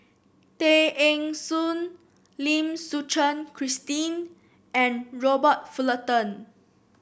Tay Eng Soon Lim Suchen Christine and Robert Fullerton